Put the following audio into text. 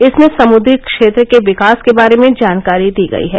इसमें समुद्री क्षेत्र के विकास के बारे में जानकारी दी गई है